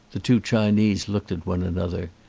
the two chinese looked at one another.